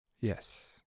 Yes